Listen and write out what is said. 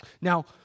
Now